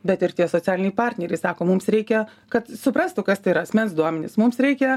bet ir tie socialiniai partneriai sako mums reikia kad suprastų kas tai yra asmens duomenys mums reikia